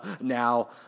now